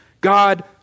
God